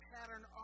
pattern